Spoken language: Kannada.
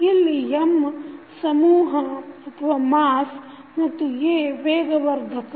ಇಲ್ಲಿ M ಸಮೂಹ ಮತ್ತು a ವೇಗವರ್ಧಕ